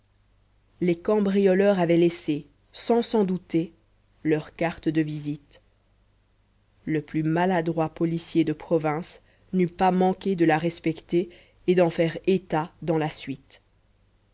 les cambrioleurs avaient laissé sans s'en douter leur carte de visite le plus maladroit policier de province n'eut pas manqué de la respecter et d'en faire état dans la suite